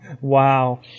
Wow